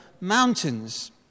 mountains